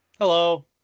Hello